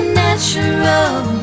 natural